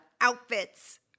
outfits